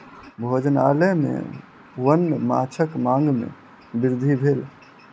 भोजनालय में वन्य माँछक मांग में वृद्धि भेल